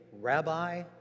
Rabbi